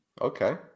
okay